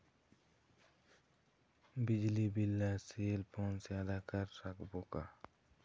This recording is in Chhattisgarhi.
बिजली बिल ला सेल फोन से आदा कर सकबो का?